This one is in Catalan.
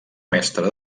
mestre